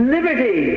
Liberty